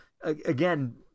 again